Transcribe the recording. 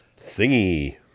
thingy